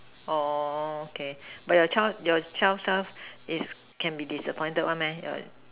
oh okay but your child your child stuff is can be disappointed one your